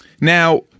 Now